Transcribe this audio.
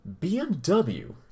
BMW